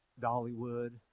Dollywood